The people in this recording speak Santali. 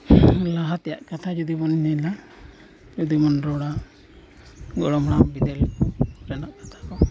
ᱞᱟᱦᱟ ᱛᱮᱭᱟᱜ ᱠᱟᱛᱷᱟ ᱡᱩᱫᱤ ᱵᱚᱱ ᱧᱮᱞᱟ ᱡᱩᱫᱤ ᱵᱚᱱ ᱨᱚᱲᱟ ᱜᱚᱲᱚᱢ ᱦᱟᱲᱟᱢ ᱵᱤᱫᱟᱹᱞ ᱨᱮᱱᱟᱜ ᱠᱟᱛᱷᱟ ᱠᱚ